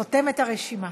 חותם את הרשימה.